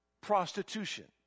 prostitution